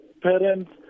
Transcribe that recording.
parents